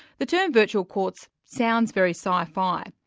the term virtual courts sounds very sci-fi,